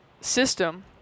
system